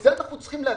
לזה אנחנו צריכים להגיע?